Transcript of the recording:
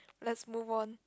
let's move on